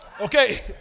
Okay